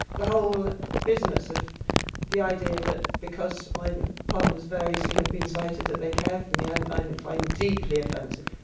the whole business of the idea that because my partners variously have been sighted that they care for me i i find deeply offensive.